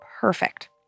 perfect